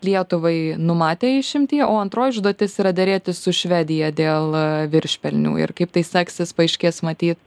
lietuvai numatė išimtį o antroji užduotis yra derėtis su švedija dėl viršpelnių ir kaip tai seksis paaiškės matyt